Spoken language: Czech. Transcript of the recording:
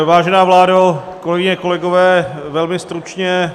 Vážená vládo, kolegyně, kolegové, velmi stručně.